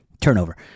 Turnover